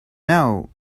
know